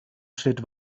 schritt